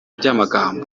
by’amagambo